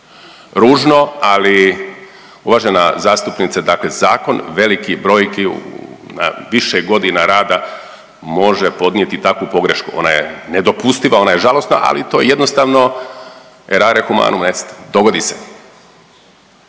ružno, ali uvažena zastupnice dakle zakon velikih brojki na više godina rada može podnijeti takvu pogrešku, ona je nedopustiva, ona je žalosna, ali to jednostavno „errare humanum est“ dogodi se.